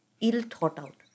ill-thought-out